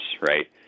Right